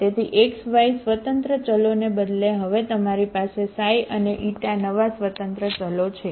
તેથી x y સ્વતંત્ર ચલોને બદલે હવે તમારી પાસે અને નવા સ્વતંત્ર ચલો છે